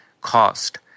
cost